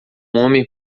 homem